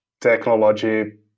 technology